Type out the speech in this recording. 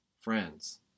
friends